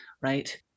right